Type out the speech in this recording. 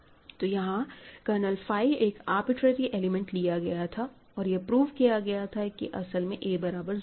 तो यहां kernel phi का एक आरबिटरेरी एलिमेंट लिया गया था और यह प्रूव किया गया है कि असल में a बराबर 0 है